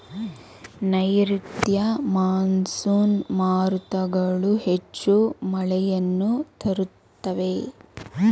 ನೈರುತ್ಯ ಮಾನ್ಸೂನ್ ಮಾರುತಗಳು ಹೆಚ್ಚು ಮಳೆಯನ್ನು ತರುತ್ತವೆ